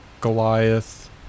Goliath